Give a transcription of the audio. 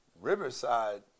Riverside